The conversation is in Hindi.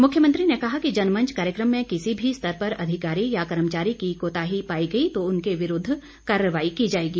मुख्यमंत्री ने कहा कि जनमंच कार्यक्रम में किसी भी स्तर पर अधिकारी या कर्मचारी की कोताही पाई गई तो उनके विरूद्ध कार्रवाई की जाएगी